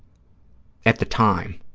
at the time